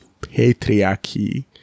patriarchy